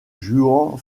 juan